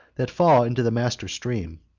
that fall into the master stream.